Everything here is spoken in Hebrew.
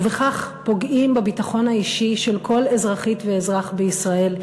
ובכך פוגעים בביטחון האישי של כל אזרחית ואזרח בישראל,